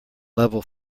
level